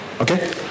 Okay